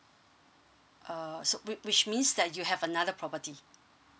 uh so which which means that you have another property